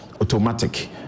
automatic